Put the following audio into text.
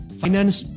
finance